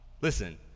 Listen